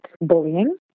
bullying